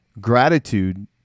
Gratitude